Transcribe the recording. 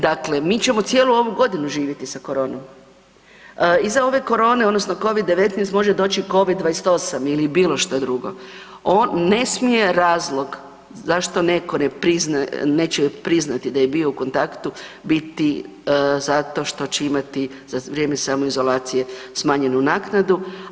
Dakle, mi ćemo cijelu ovu godinu živjeti sa koronom, iza ove korone odnosno covid-19 može doći covid-28 ili bilo šta drugo on ne smije razlog zašto neko neće priznati da je bio u kontaktu biti zato što će imati za vrijeme samoizolacije smanjenju naknadu.